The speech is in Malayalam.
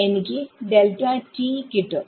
എനിക്ക് കിട്ടും